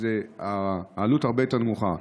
זה עלות הרבה יותר נמוכה.